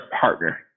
partner